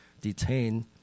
detained